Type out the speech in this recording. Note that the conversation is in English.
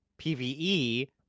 PVE